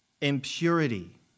impurity